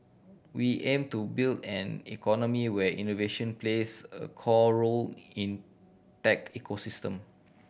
we aim to build an economy where innovation plays a core role in tech ecosystem